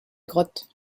grotte